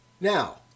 Now